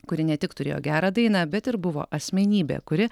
kuri ne tik turėjo gerą dainą bet ir buvo asmenybė kuri